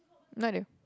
neither